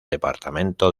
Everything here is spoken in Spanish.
departamento